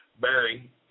Barry